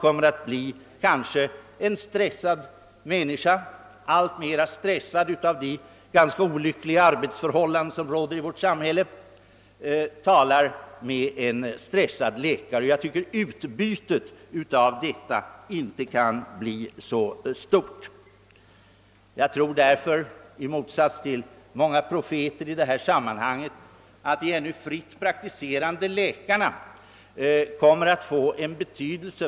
Och resultatet blir kanske att en människa, som stressats av de olyckliga förhållandena som råder i vårt samhälle, får tala med en lika stressad läkare. Utbytet av ett sådant samtal kan naturligtvis inte bli särskilt stort. I motsats till många andra som i detta sammanhang uppträder som profeter tror jag att de ännu fritt praktiserande läkarna i det avseendet har och kommer att få mycket stor betydelse.